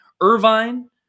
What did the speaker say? Irvine